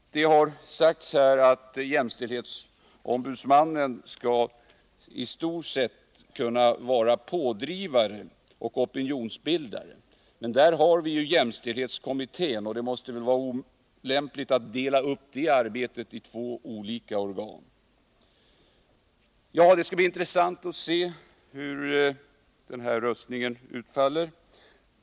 Det har sagts här att jämställdhetsombudsmannen skall i stort sett vara pådrivare och opinionsbildare, men där har vi jämställdhetskommittén, och det måste vara olämpligt att dela upp det arbetet på två olika organ. Det skall bli intressant att se hur den här röstningen utfaller.